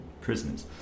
prisoners